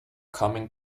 coming